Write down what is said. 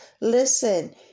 Listen